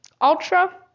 Ultra